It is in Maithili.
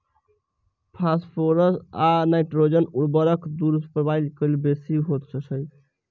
फास्फोरस आ नाइट्रोजन उर्वरकक दुष्प्रभाव पाइन पर बेसी होइत छै